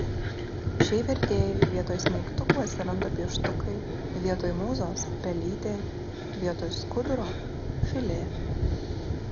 šiai vertėjai vietoj smeigtukų atsiranda pieštukai vietoj mūzos pelytė vietoj skuduro filė